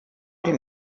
dem